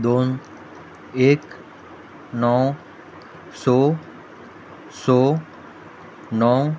दोन एक णव स स णव